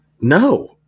No